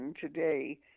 today